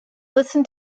listen